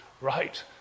Right